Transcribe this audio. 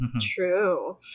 True